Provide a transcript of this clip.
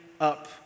up